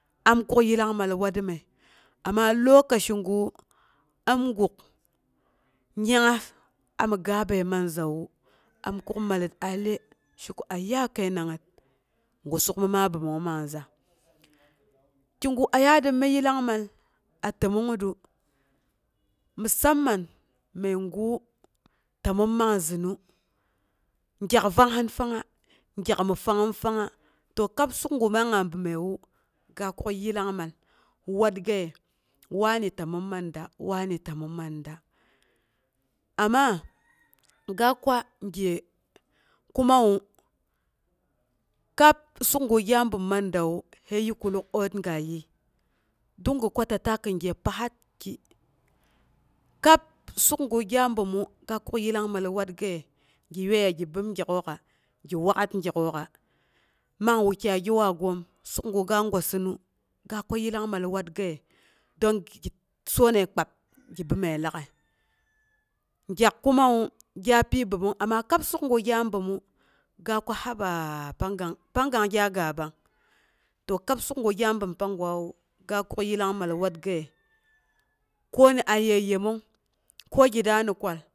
amma lokaci gu, amguk yangngas ami gaabəi man zawu, am kuk mallət a lye, ko aya kəinangnga gwa suk mi ma bəomong man za. Kigu a yaatrum mi yillangmal a təmongngətru musamman məigu ta min man zinu gyak vanghin fangnga gyak mi fang'um fangnga. kaɓ sukgu ma abəomong ngewu ga kuk yillangmal watgaye, wani ta mim man da, wani ta min man da. amma ga gwa gye kumawu, kab sukgu gya bəom man dawu hi yikuluk ootga yii, don gi kwa ta ta kin gye pasatki, kab suk gu gya ga kma yillang mal, watgaye gi yuiya gi bəom gyak'ak'a gi wak'at gyak'oka, man wukyai gi wah-goom suk gu ga gwasimi ga kwa yillangmal watgaye, danggi soonələi kpab gi bəoməi tagəi, gyak kumawu gya pi bəomang amma kab suk guwu gya bəmu ga kwa ka ba- pang kang gya gaabang. To kab suk gu gya bəm pangwawu, ga kuk yiltangmal watgaye koni anye yemong ko.